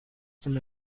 from